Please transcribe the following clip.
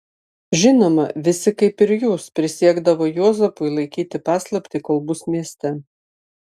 žinoma visi kaip ir jūs prisiekdavo juozapui laikyti paslaptį kol bus mieste